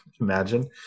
imagine